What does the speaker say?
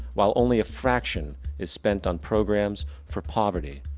while only a fraction is spend on programs for poverty,